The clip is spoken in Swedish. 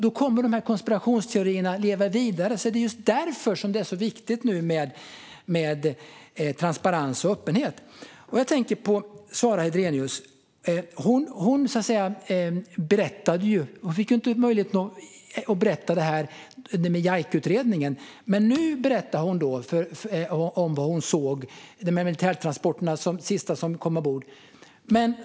Då kommer konspirationsteorierna att leva vidare. Det är just därför som det är viktigt med transparens och öppenhet. Jag tänker på Sara Hedrenius. Hon fick inte möjlighet att berätta detta under JAIC-utredningen. Men nu har hon berättat om vad hon såg, om militärtransporterna som kom ombord sist.